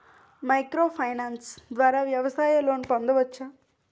Micro finance ద్వారా వ్యవసాయ loan పొందవచ్చా?